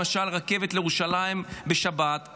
למשל רכבת לירושלים בשבת,